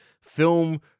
film